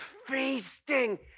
feasting